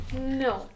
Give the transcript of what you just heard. No